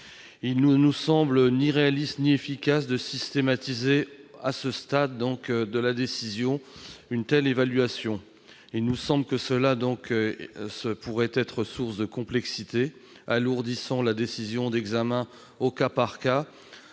Il ne nous semble ni réaliste ni efficace de systématiser à ce stade de la décision une telle évaluation. Cela pourrait être source de complexité et alourdir la décision d'examen au cas par cas,